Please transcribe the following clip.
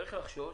צריך לחשוש,